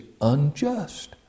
unjust